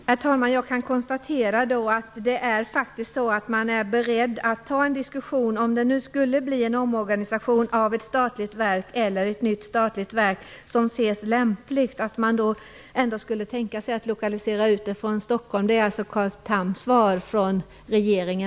Herr talman! Jag kan då konstatera att man faktiskt är beredd att ta upp en diskussion om lokalisering utanför Stockholm, om det skulle göras en omorganisation av ett statligt verk eller inrättas ett nytt statligt verk. Det är alltså Carl Thams besked från regeringen.